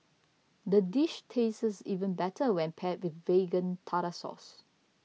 the dish tastes even better when paired with Vegan Tartar Sauce